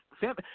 family